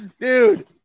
Dude